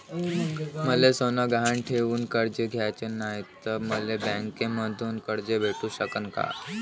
मले सोनं गहान ठेवून कर्ज घ्याचं नाय, त मले बँकेमधून कर्ज भेटू शकन का?